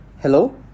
Hello